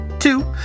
Two